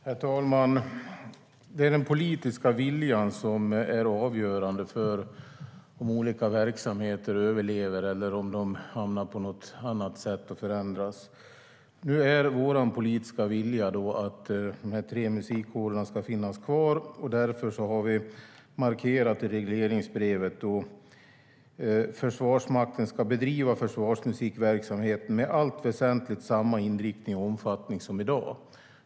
Herr talman! Det är den politiska viljan som är avgörande för om olika verksamheter överlever eller om de förändras. Vår politiska vilja är att de tre musikkårerna ska finnas kvar. Därför har vi markerat i regleringsbrevet att Försvarsmakten ska bedriva försvarsmusikverksamhet med i allt väsentligt samma inriktning och omfattning som i dag.